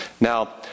Now